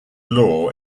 law